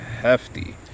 hefty